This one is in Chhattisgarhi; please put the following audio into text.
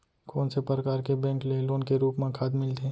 कोन से परकार के बैंक ले लोन के रूप मा खाद मिलथे?